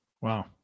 Wow